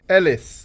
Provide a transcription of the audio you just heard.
Ellis